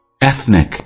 Ethnic